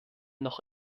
noch